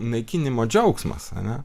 naikinimo džiaugsmas ar ne